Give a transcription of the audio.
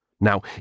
Now